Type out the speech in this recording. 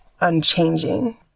unchanging